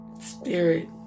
spirit